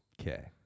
Okay